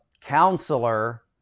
counselor